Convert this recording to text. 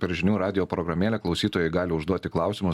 per žinių radijo programėlę klausytojai gali užduoti klausimus